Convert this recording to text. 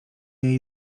jej